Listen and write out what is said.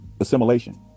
assimilation